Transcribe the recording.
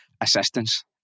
assistance